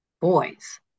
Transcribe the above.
boys